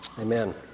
Amen